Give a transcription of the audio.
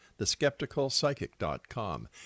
theskepticalpsychic.com